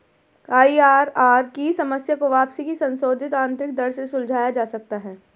IRR की समस्या को वापसी की संशोधित आंतरिक दर से सुलझाया जा सकता है